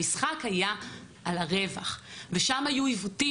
המשחק היה על הרווח ושם היו עיוותים